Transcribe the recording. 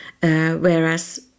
whereas